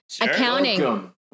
Accounting